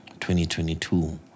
2022